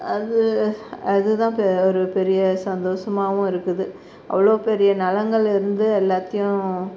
அது அது தான் பெ ஒரு பெரிய சந்தோசமாகவும் இருக்குது அவ்வளோ பெரிய நிலங்கள் இருந்து எல்லாத்தையும்